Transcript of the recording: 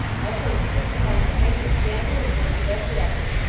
i shall insist upon your taking a candle and going to bed directly.